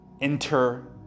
enter